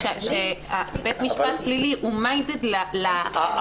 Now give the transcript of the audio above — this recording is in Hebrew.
שבית המשפט הפלילי הוא minded --- כן,